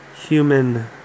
human